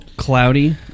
Cloudy